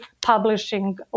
publishing